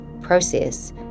process